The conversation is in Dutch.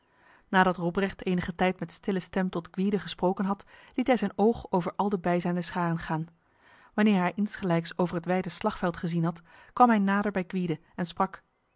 nadat robrecht enige tijd met stille stem tot gwyde gesproken had liet hij zijn oog over al de bijzijnde scharen gaan wanneer hij insgelijks over het wijde slagveld gezien had kwam hij nader bij gwyde en sprak